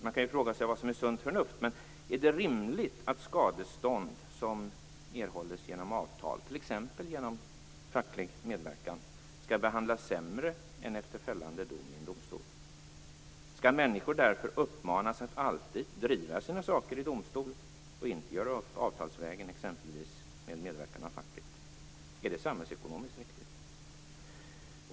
Man kan fråga sig vad som är sunt förnuft, men är det rimligt att skadestånd som erhålls genom avtal, t.ex. genom facklig medverkan, skall behandlas sämre än efter fällande dom i en domstol? Skall människor därför uppmanas att alltid driva sina saker i domstol och inte göra upp avtalsvägen, exempelvis med medverkan av facket? Är det samhällsekonomiskt riktigt?